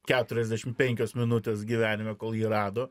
keturiasdešim penkios minutės gyvenime kol jį rado